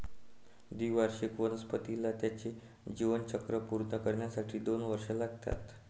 द्विवार्षिक वनस्पतीला त्याचे जीवनचक्र पूर्ण करण्यासाठी दोन वर्षे लागतात